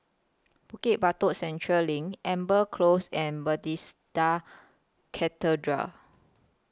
Bukit Batok Central LINK Amber Close and Bethesda Cathedral